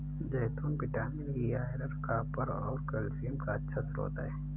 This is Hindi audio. जैतून विटामिन ई, आयरन, कॉपर और कैल्शियम का अच्छा स्रोत हैं